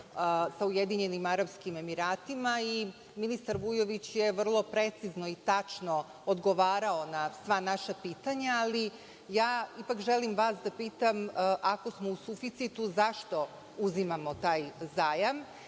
sa Ujedinjenim Arapskim Emiratima i ministar Vujović je vrlo precizno i tačno odgovarao na sva naša pitanja, ali ja ipak želim vas da pitam - ako smo u suficitu, zašto uzimamo taj zajam